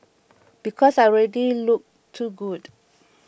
because I already look too good